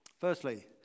Firstly